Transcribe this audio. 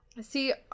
See